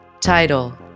title